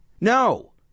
No